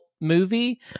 movie